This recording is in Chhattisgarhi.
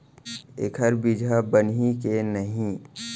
एखर बीजहा बनही के नहीं?